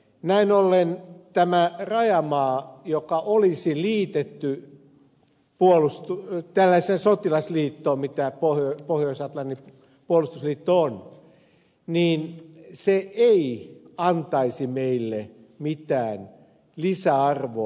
näin ollen tämän rajamaan liittäminen tällaiseen sotilasliittoon mikä pohjois atlantin puolustusliitto on ei antaisi meille mitään lisäarvoa